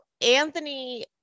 Anthony